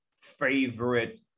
favorite